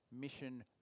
mission